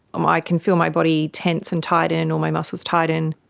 um i can feel my body tense and tighten or my muscles tighten.